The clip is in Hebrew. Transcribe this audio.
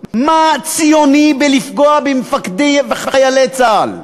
מה ציוני בלפגוע במפקדי ובחיילי צה"ל?